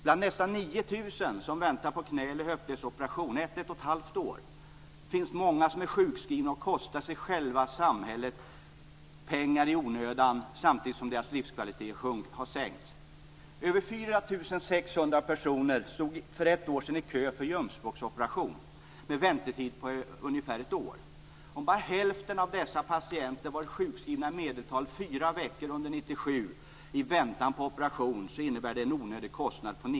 Bland de närmare 9 000 personer som väntar på en knä eller höftledsoperation under 1-1 1⁄2 år är det många som är sjukskrivna och som kostar både för sig själva och för samhället pengar i onödan, samtidigt som deras livskvalitet har sänkts. Mer än 4 600 personer stod för ett år sedan i kö för ljumskbråcksoperation med en väntetid på ungefär ett år.